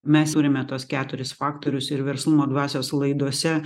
mes turime tuos keturis faktorius ir verslumo dvasios laidose